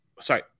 sorry